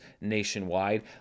nationwide